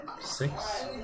Six